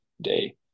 day